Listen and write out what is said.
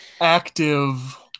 active